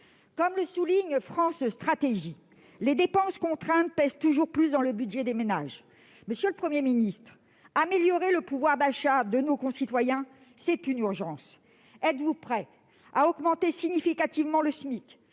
Comme le souligne France Stratégie, les dépenses contraintes pèsent toujours plus lourd dans le budget des ménages. Monsieur le Premier ministre, améliorer le pouvoir d'achat de nos concitoyens est une urgence. Êtes-vous prêt à augmenter significativement le SMIC,